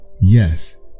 Yes